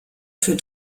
für